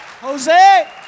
Jose